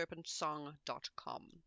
serpentsong.com